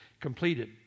completed